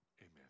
Amen